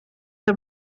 der